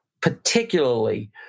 particularly